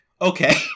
Okay